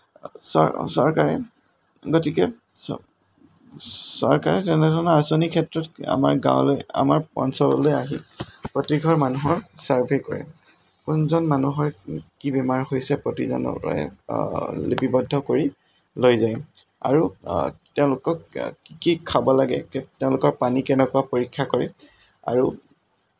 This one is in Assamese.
চৰকাৰে গতিকে চৰকাৰে তেনেহ'লে আচনি ক্ষেত্ৰত আমাৰ গাঁৱলৈ আমাৰ অঞ্চললৈ আহি প্ৰতিঘৰ মানুহৰ চাৰ্ভে কৰে কুনজন মানুহৰ কি বেমাৰ হৈছে প্ৰতিজনৰ লিপিবদ্ধ কৰি লৈ যায় আৰু তেওঁলোকক কি খাব লাগে ততেওঁলোকৰ পানী কেনেকুৱা পৰিক্ষা কৰে আৰু